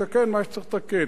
תתקן מה שאתה תתקן.